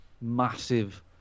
massive